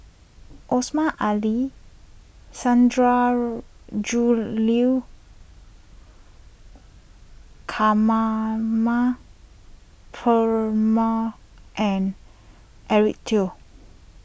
Osmar Ali Sundarajulu Kamana Perumal and Eric Teo